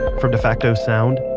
from defacto sound,